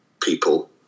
people